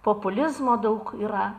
populizmo daug yra